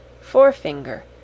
forefinger